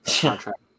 contract